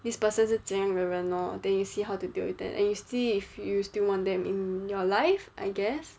this person 是怎样的人 lor then you see how to deal with them and you see if you still want them in your life I guess